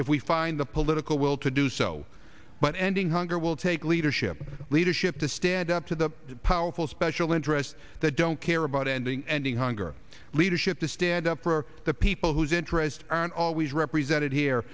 if we find the political will to do so but ending hunger will take leadership leadership to stand up to the powerful special interests that don't care about ending ending hunger leadership to stand up for the people whose interests aren't always represented here